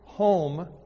home